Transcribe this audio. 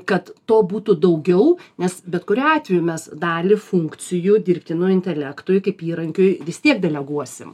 kad to būtų daugiau nes bet kuriuo atveju mes dalį funkcijų dirbtinų intelektui kaip įrankiui vistiek deleguosim